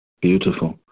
beautiful